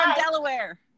Delaware